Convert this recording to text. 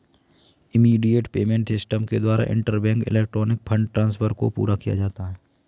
immediate payment system के द्वारा interbank electronic fund transfer को पूरा किया जाता है